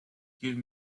give